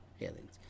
Aliens